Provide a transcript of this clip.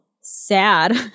sad